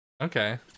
Okay